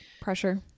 pressure